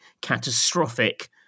catastrophic